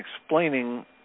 explaining